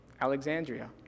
Alexandria